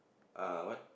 a what